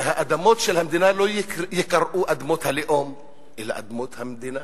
שהאדמות של המדינה לא ייקראו אדמות הלאום אלא אדמות המדינה.